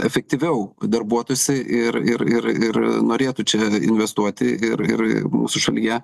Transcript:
efektyviau darbuotųsi ir ir ir ir norėtų čia investuoti ir ir mūsų šalyje